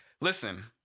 Listen